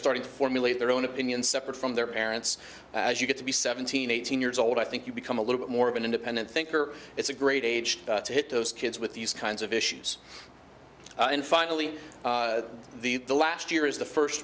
starting to formulate their own opinion separate from their parents as you get to be seventeen eighteen years old i think you become a little bit more of an independent thinker it's a great age to hit those kids with these kinds of issues and finally the last year is the first